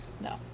no